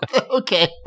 Okay